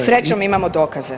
Srećom imamo dokaze.